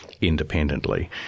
independently